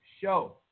show